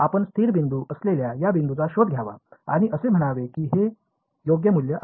आपण स्थिर बिंदू असलेल्या या बिंदूचा शोध घ्यावा आणि असे म्हणावे की हे योग्य मूल्य आहे